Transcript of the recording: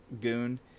goon